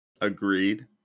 Agreed